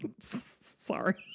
sorry